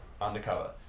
undercover